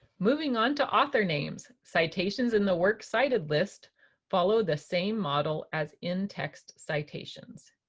moving on to author names, citations in the works cited list follow the same model as in-text citations.